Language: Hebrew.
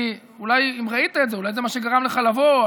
אם ראית את זה, אולי זה מה שגרם לך לבוא.